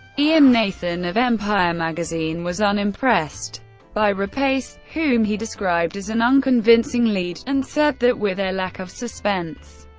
ian nathan of empire magazine was unimpressed by rapace whom he described as an unconvincing lead and said that with a lack of suspense,